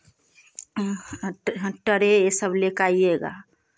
यह सब लेकर आईएगा